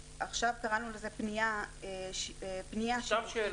ועכשיו אנחנו קוראים לזה "פנייה שיווקית באמצעות שיחה --- מבחינת